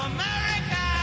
America